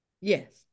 Yes